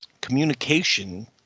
communication